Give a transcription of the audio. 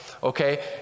Okay